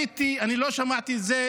אני לא שמעתי את זה,